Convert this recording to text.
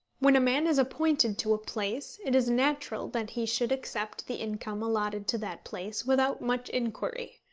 when a man is appointed to a place, it is natural that he should accept the income allotted to that place without much inquiry.